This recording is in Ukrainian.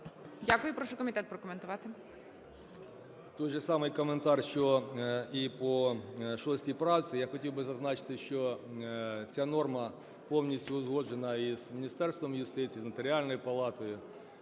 Дякую. Прошу комітет прокоментувати. 11:29:45 КУЛІНІЧ О.І. Той же самий коментар, що і по 6 правці. Я хотів би зазначити, що ця норма повністю узгоджена і з Міністерством юстиції, і з Нотаріальною палатою.